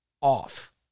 off